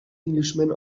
englishman